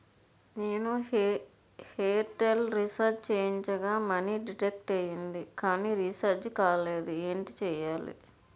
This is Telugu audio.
నేను ఎయిర్ టెల్ రీఛార్జ్ చేయించగా మనీ డిడక్ట్ అయ్యింది కానీ రీఛార్జ్ కాలేదు ఏంటి చేయాలి?